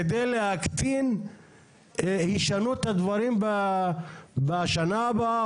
כדי להקטין הישנות הדברים בשנה הבאה,